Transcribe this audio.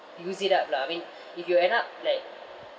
use it up lah I mean if you end up like